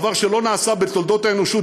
דבר שלא נעשה בתולדות האנושות.